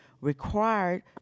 required